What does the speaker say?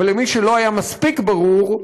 אבל למי שלא היה מספיק ברור,